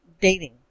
dating